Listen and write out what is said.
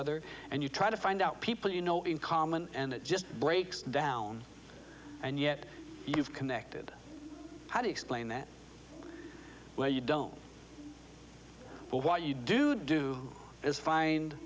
other and you try to find out people you know in common and it just breaks down and yet you've connected how to explain that where you don't why you do do is find